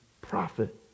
prophet